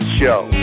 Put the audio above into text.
show